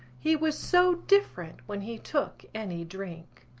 he was so different when he took any drink.